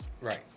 right